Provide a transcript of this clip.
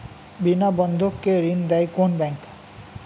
বিনা বন্ধক কে ঋণ দেয় কোন ব্যাংক?